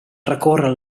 recórrer